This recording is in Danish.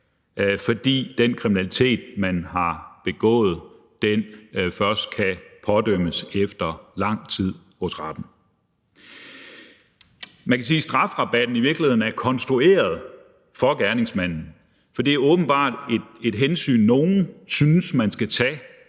fordi den kriminalitet, man har begået, først efter lang tid kan pådømmes af retten. Man kan sige, at strafrabatten i virkeligheden er konstrueret for gerningsmanden, for det er åbenbart et hensyn, nogle synes man skal tage